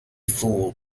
fooled